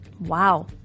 Wow